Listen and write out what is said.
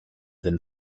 then